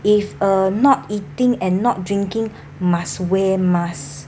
if uh not eating and not drinking must wear mask